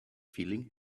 feeling